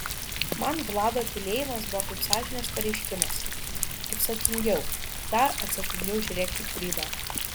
man vlado tylėjimas buvo kaip sąžinės pareiškimas atsakingiau dar atsakingiau žiūrėk į kūrybą